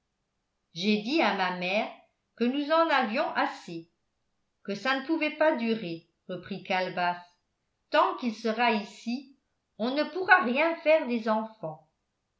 j'ai dit à ma mère que nous en avions assez que ça ne pouvait pas durer reprit calebasse tant qu'il sera ici on ne pourra rien faire des enfants